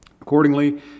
Accordingly